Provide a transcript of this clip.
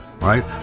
right